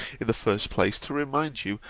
in the first place, to remind you,